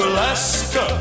Alaska